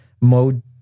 mode